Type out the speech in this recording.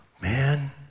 man